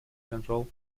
control